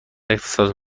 اقتصاد